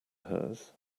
hers